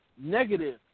negative